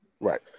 Right